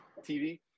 TV